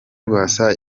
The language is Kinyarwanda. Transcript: rwasa